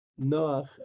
Noach